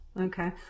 Okay